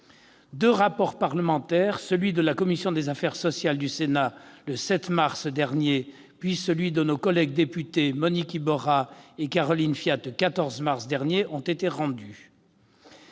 Deux rapports parlementaires ont été rendus, celui de la commission des affaires sociales du Sénat, le 7 mars dernier, puis celui de nos collègues députés Monique Iborra et Caroline Fait, le 14 mars dernier. Si leurs